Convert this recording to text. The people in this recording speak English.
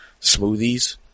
smoothies